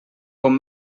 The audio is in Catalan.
com